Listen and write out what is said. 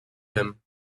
him